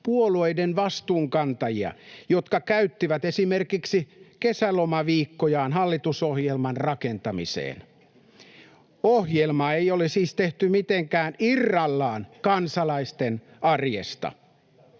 puolueiden vastuunkantajia, jotka käyttivät esimerkiksi kesälomaviikkojaan hallitusohjelman rakentamiseen. Ohjelmaa ei siis ole tehty mitenkään irrallaan kansalaisten arjesta.